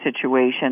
situation